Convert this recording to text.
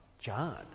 John